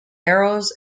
arrows